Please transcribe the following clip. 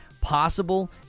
possible